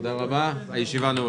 תודה רבה לכם.